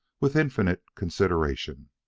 with infinite consideration.